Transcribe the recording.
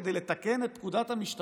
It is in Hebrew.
כדי לתקן את פקודת המשטרה?